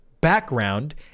background